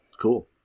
cool